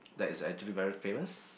like it's actually very famous